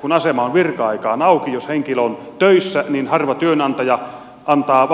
kun asema on virka aikaan auki ja jos henkilö on töissä niin harva työnantaja antaa